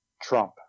Trump